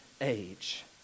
age